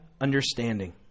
understanding